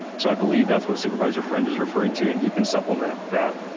so i believe that's what supervisor friend is referring to and he can supplement that.